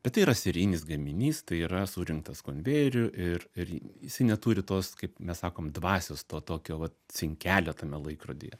bet tai yra serijinis gaminys tai yra surinktas konvejeriu ir ir jisai neturi tos kaip mes sakom dvasios to tokio vat cinkelio tame laikrodyje